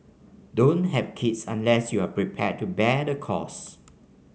don't have kids unless you are prepared to bear the costs